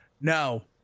no